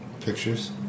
pictures